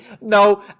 No